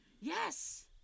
Yes